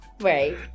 Right